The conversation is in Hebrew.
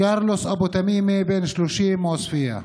קרלוס אבו תמימי, בן 30, מעוספיא,